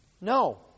No